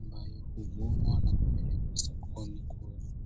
ambayo huvunwa na kupelekwa sokoni kuuzwa.